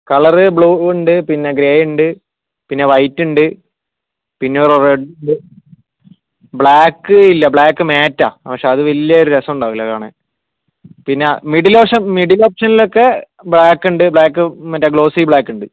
colour blue ഉണ്ട് പിന്നെ grey ഉണ്ട് പിന്നെ വൈറ്റ് ഉണ്ട് പിന്നെ ഒരു റെഡ് ബ്ലാക്ക് ഇല്ല ബ്ലാക്ക് മേറ്റാണ് അത് പക്ഷേ അത് വലിയ രസമുണ്ടാവില്ല കാണാൻ പിന്നെ മിഡില് പക്ഷേ മിഡില് ഓപ്ഷനിലൊക്കെ ബ്ലാക്ക് ഉണ്ട് ബ്ലാക്ക് മറ്റേ ഗ്ലോസി ബ്ലാക്കുണ്ട്